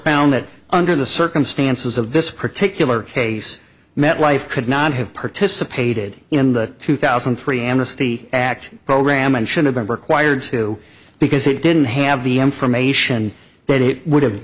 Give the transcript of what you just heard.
found that under the circumstances of this particular case metlife could not have participated in the two thousand and three amnesty act program and should have been required to because it didn't have the information but it would have